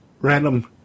random